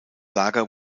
lager